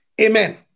Amen